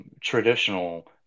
Traditional